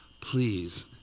please